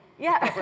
yeah.